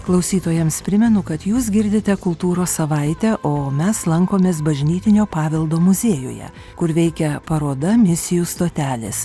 klausytojams primenu kad jūs girdite kultūros savaitę o mes lankomės bažnytinio paveldo muziejuje kur veikia paroda misijų stotelės